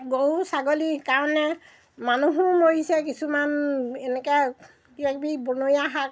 গৰু ছাগলীৰ কাৰণে মানুহো মৰিছে কিছুমান এনেকৈ কিবাকিবি বনৰীয়া শাক